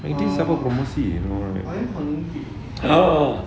I think ada promosi no right